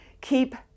keep